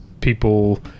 people